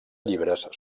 llibres